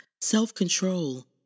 Self-control